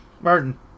Martin